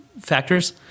factors